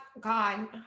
God